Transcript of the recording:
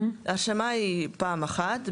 הרשמה היא פעם אחת.